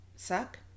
suck